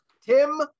Tim